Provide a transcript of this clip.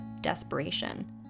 desperation